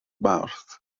mawrth